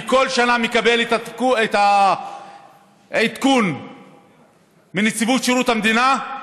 אני כל שנה מקבל את העדכון מנציבות שירות המדינה,